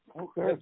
Okay